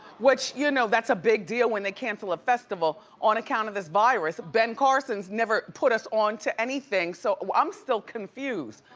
which, you know, that's a big deal when they cancel a festival on account of this virus. ben carson never put us on to anything, so i'm still confused,